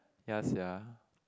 ya sia